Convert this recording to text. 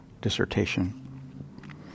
dissertation